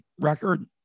record